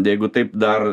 jeigu taip dar